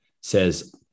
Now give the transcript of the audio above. says